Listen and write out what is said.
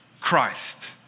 Christ